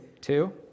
two